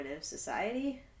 society